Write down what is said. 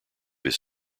his